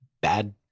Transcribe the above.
bad